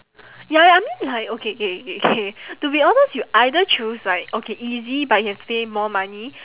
ya ya I mean like okay K K K to be honest you either choose like okay easy but you have to pay more money